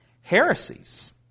heresies